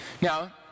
Now